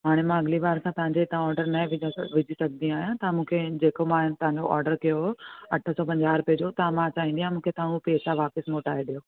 हाणे मां अॻिले बार असां तव्हांजे हितां ऑडर न ए विझो विझी सघंदी आहियां तव्हां मूंखे जेको मां तव्हांजो ऑडर कयो हुओ अठ सौ पंजाहु रुपए जो त मां त चाहींदी आहियां तव्हां मूंखे तव्हां उहे पेसा वापसि मोटाए ॾियो